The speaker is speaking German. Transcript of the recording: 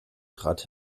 trat